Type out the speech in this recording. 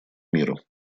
мира